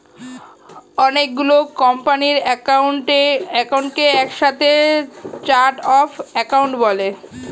অনেক গুলো কোম্পানির অ্যাকাউন্টকে একসাথে চার্ট অফ অ্যাকাউন্ট বলে